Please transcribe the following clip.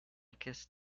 kissed